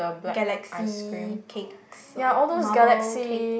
galaxy cakes or marble cake